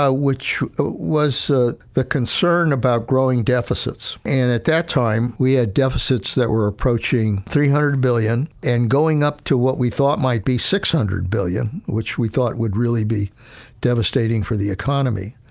ah which was the the concern about growing deficits, and at that time, we had deficits that were approaching three hundred billion, and going up to what we thought might be six hundred billion, which we thought would really be devastating for the economy.